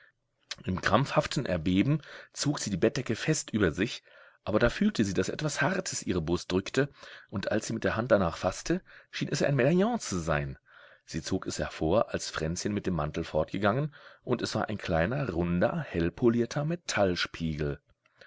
im krampfhaften erbeben zog sie die bettdecke fest über sich aber da fühlte sie daß etwas hartes ihre brust drückte und als sie mit der hand danach faßte schien es ein medaillon zu sein sie zog es hervor als fränzchen mit dem mantel fortgegangen und es war ein kleiner runder hell polierter